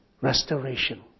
restoration